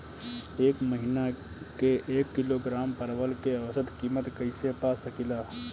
एक महिना के एक किलोग्राम परवल के औसत किमत कइसे पा सकिला?